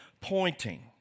pointing